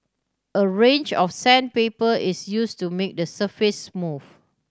a range of sandpaper is use to make the surface